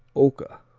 oka,